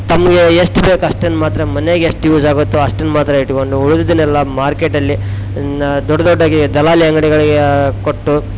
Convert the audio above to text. ತಮಗೆ ಎಷ್ಟು ಬೇಕೋ ಅಷ್ಟನ್ನು ಮಾತ್ರ ಮನೆಗೆ ಎಷ್ಟು ಯೂಸ್ ಆಗುತ್ತೊ ಅಷ್ಟನ್ನು ಮಾತ್ರ ಇಟ್ಟುಕೊಂಡು ಉಳ್ದಿದನ್ನು ಎಲ್ಲ ಮಾರ್ಕೆಟಲ್ಲಿ ನ ದೊಡ್ಡ ದೊಡ್ಡ ದಲ್ಲಾಳಿ ಅಂಗ್ಡಿಗಳಿಗೆ ಕೊಟ್ಟು